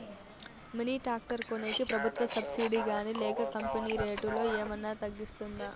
Mini tractor కొనేకి ప్రభుత్వ subsidy గాని లేక కంపెని రేటులో ఏమన్నా తగ్గిస్తుందా?